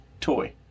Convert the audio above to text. toy